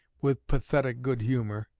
with pathetic good-humor,